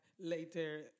later